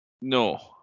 No